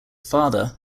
father